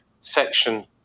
section